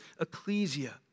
Ecclesia